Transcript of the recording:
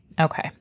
Okay